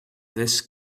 this